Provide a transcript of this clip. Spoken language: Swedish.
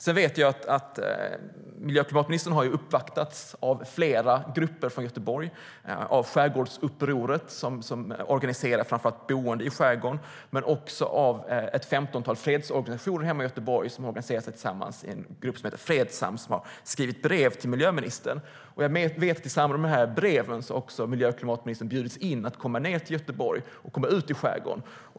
Jag vet att miljö och klimatministern har uppvaktats av flera grupper från Göteborg, till exempel Skärgårdsupproret som organiserar framför allt boende i skärgården, men också av ett femtontal fredsorganisationer från Göteborg som tillsammans organiserat sig i en grupp som heter Fredsam. De har skrivit brev till miljö och klimatministern och även bjudit ned henne till Göteborg så att hon kan komma ut i skärgården.